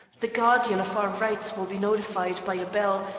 the guardian of our rights will be notified by a bell,